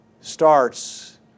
starts